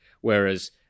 Whereas